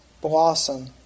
blossom